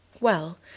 Well